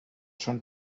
schon